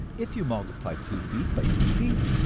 if you multiply two feet by two feet,